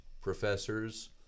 professors